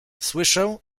słyszę